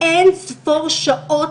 אין-ספור שעות,